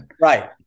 Right